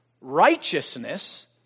righteousness